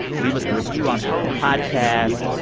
leave us a review on apple podcasts.